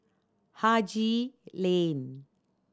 Haji Lane